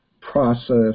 process